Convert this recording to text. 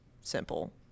simple